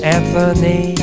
Anthony